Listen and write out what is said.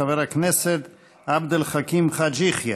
חבר הכנסת עבד אל חכים חאג' יחיא,